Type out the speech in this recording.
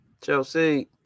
Chelsea